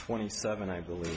twenty seven i believe